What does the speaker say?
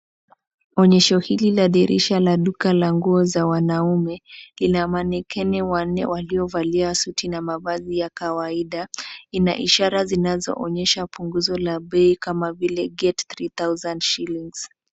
Onyesho hili la dirisha la duka la nguo za wanaume. Lina manequinn wanne waliovalia suti na mavazi ya kawaida. Ina ishara zinazoonyesha ishara za bei kama vile, get three thousand shillings.